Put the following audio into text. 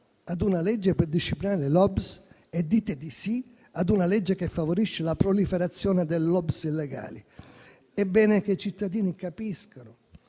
a una legge per disciplinare le *lobby* e dite di sì a una che favorisce la proliferazione di quelle illegali: è bene che i cittadini capiscano